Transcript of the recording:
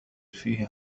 فيه